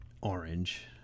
orange